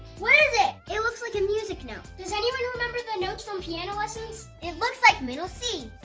what is it? it looks like a music note! does anyone remember their notes from piano lessons? it looks like middle c!